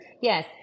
Yes